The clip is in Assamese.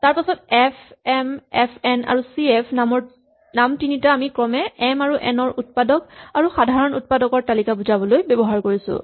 তাৰপাছত এফ এম এফ এন আৰু চি এফ নাম তিনিটা আমি ক্ৰমে এম আৰু এন ৰ উৎপাদক আৰু সাধাৰণ উৎপাদকৰ তালিকা বুজাবলৈ ব্যৱহাৰ কৰিছো